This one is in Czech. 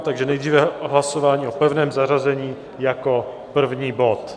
Takže nejdříve hlasování o pevném zařazení jako první bod.